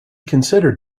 considered